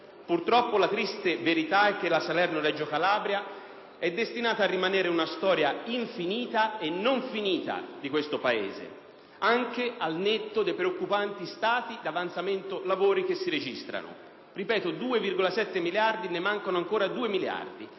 Purtroppo, la triste verità è che la Salerno-Reggio Calabria è destinata a rimanere una storia infinita e non finita di questo Paese, anche al netto dei preoccupanti stati di avanzamento lavori che si registrano. Ripeto: 2,7 miliardi di euro, e mancano ancora 2 miliardi